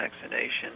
vaccination